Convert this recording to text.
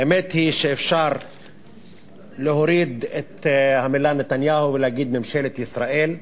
האמת היא שאפשר להוריד את המלה "נתניהו" ולהגיד "ממשלת ישראל",